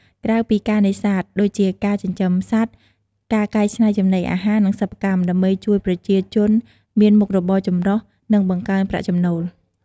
ក្រៅពីការនេសាទ ដូចជាការចិញ្ចឹមសត្វ ការកែច្នៃចំណីអាហារ និងសិប្បកម្ម ដើម្បីជួយប្រជាជនមានមុខរបរចម្រុះ និងបង្កើនប្រាក់ចំណូល។